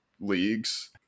Leagues